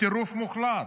טירוף מוחלט.